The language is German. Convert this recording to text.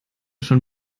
schon